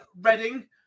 Reading